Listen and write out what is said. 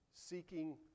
seeking